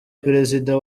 perezida